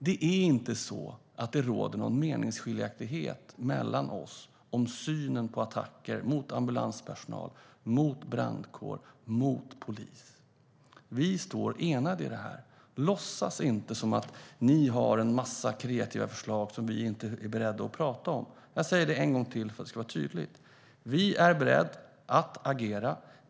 Det är inte så att det råder någon meningsskiljaktighet mellan oss om synen på attacker mot ambulanspersonal, mot brandkår och mot polis. Vi står enade i detta. Låtsas inte som att ni har en massa kreativa förslag som vi inte är beredda att prata om! Jag säger det en gång till för att det ska vara tydligt: Vi är beredda att agera.